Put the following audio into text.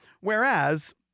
whereas